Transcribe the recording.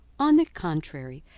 on the contrary,